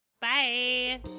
Bye